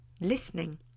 listening